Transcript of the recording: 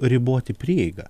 riboti prieigą